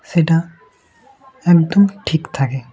সেটা একদম ঠিক থাকে